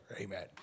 amen